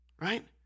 right